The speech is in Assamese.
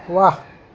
ৱাহ